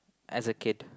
as a kid